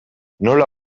nola